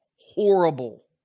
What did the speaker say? Horrible